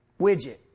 widget